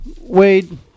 Wade